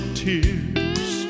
tears